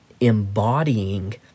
embodying